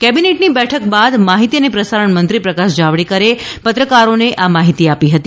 કેબિનેટની બેઠક બાદ માહિતી અને પ્રસારણમંત્રી પ્રકાશ જાવડેકરે પત્રકારોને આ માહિતી આપી હતી